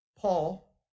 Paul